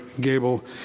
Gable